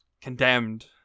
Condemned